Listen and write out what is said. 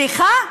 סליחה,